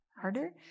harder